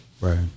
Right